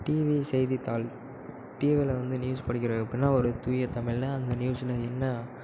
TV செய்தித்தாள் டிவியில வந்து நியூஸ் படிக்கிறது எப்புடின்னா ஒரு தூய தமிழ்ன்னா அந்த நியூஸில் என்ன